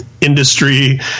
industry